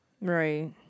Right